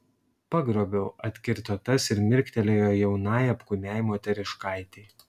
pagrobiau atkirto tas ir mirktelėjo jaunai apkūniai moteriškaitei